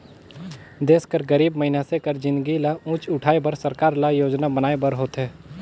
देस कर गरीब मइनसे कर जिनगी ल ऊंच उठाए बर सरकार ल योजना बनाए बर होथे